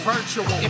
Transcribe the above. Virtual